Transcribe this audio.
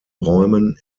räumen